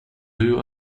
you